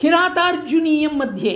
किरातार्जुनीयम्मध्ये